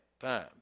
time